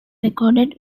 recorded